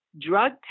drug